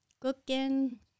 cooking